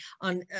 on